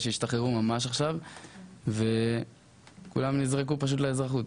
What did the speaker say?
שהשתחררו ממש עכשיו וכולם נזרקו פשוט לאזרחות.